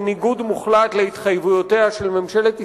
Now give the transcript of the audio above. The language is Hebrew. בניגוד מוחלט להתחייבויותיה של ממשלת ישראל,